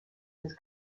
its